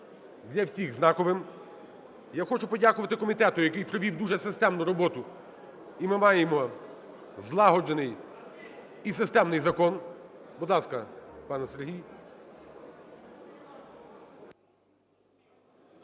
для всіх знаковим. Я хочу подякувати комітету, який провів дуже системну роботу і ми маємо злагоджений і системний закон. Будь ласка, пане Сергій.